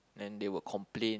and they will complain